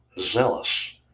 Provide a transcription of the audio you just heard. zealous